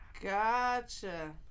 Gotcha